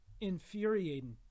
infuriating